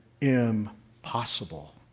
impossible